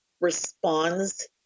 responds